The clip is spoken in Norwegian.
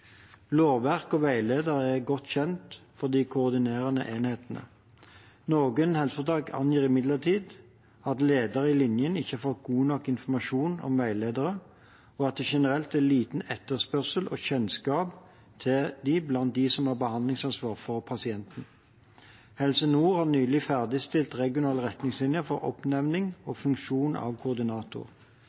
Lovverk og veiledere er godt kjent for de koordinerende enhetene. Noen helseforetak angir imidlertid at ledere i linjen ikke har fått god nok informasjon om veilederne, og at det generelt er liten etterspørsel og kjennskap til dem blant dem som har behandlingsansvar for pasienten. Helse Nord har nylig ferdigstilt regionale retningslinjer for oppnevning og funksjon av koordinator.